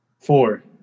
Four